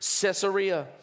Caesarea